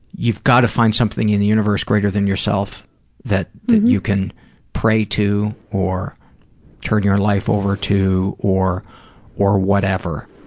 you've got to find something in the universe greater than yourself that you can pray to or turn your life over to or or whatever.